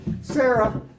Sarah